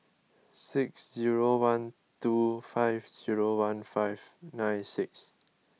six zero one two five zero one five nine six